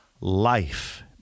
life